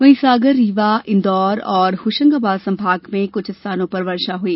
वहीं सागर रीवा इन्दौर और होशंगाबाद संभाग में कुछ स्थानों पर वर्षा हई